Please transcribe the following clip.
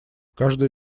каждая